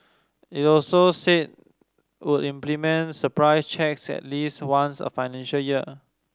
it also said would implement surprise checks at least once a financial year